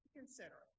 consider